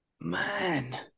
Man